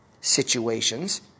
Situations